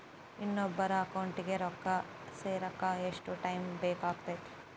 ಇನ್ನೊಬ್ಬರ ಅಕೌಂಟಿಗೆ ರೊಕ್ಕ ಸೇರಕ ಎಷ್ಟು ಟೈಮ್ ಬೇಕಾಗುತೈತಿ?